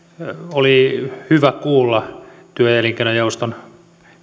oli hyvä kuulla työ ja elinkeinojaoston